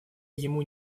ему